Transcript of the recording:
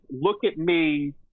look-at-me –